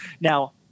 Now